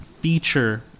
feature